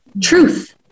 Truth